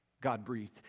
God-breathed